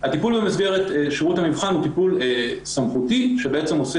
הטיפול במסגרת שירות המבחן הוא טיפול סמכותי שעושה